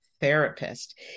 therapist